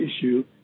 issue